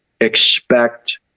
Expect